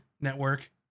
network